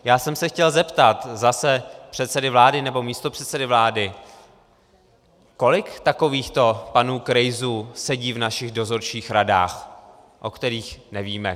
Já jsem se chtěl zeptat zase předsedy vlády nebo místopředsedy vlády, kolik takovýchto pánů Krejsů sedí v našich dozorčích radách, o kterých nevíme.